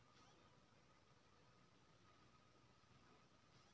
कोनो काज निजी बैंक मे फटाफट भए जाइ छै